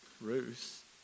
Ruth